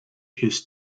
his